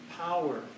power